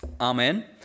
Amen